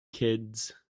kids